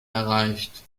erreicht